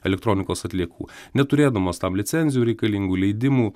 elektronikos atliekų neturėdamos tam licencijų reikalingų leidimų